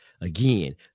again